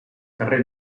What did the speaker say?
carrer